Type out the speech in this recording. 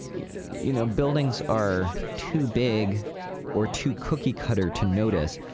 you know buildings are too big or too cookie cutter to notice,